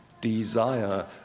desire